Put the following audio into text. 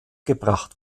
gebracht